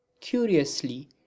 curiously